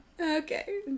Okay